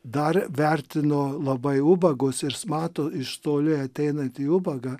dar vertino labai ubagus ir jis mato iš toli ateinantį ubagą